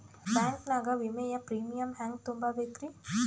Bank ನಾಗ ವಿಮೆಯ premium ಹೆಂಗ್ ತುಂಬಾ ಬೇಕ್ರಿ?